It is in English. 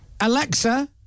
Alexa